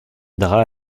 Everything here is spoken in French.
aidera